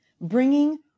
bringing